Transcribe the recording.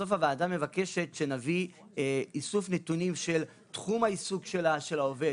בסוף הוועדה מבקשת שנביא איסוף נתונים של תחום העיסוק של העובד.